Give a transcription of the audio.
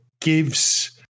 gives